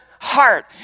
Heart